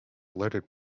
alerted